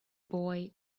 boy